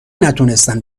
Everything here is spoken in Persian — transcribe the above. نتونستن